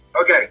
Okay